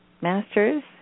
masters